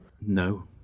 No